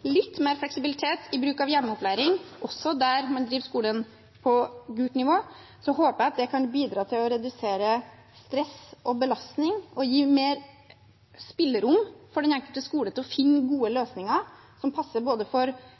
Litt mer fleksibilitet i bruk av hjemmeopplæring, også der man driver skolen på gult nivå, håper jeg kan bidra til å redusere stress og belastning og gi mer spillerom for den enkelte skole til å finne gode